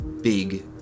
big